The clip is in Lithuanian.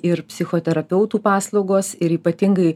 ir psichoterapeutų paslaugos ir ypatingai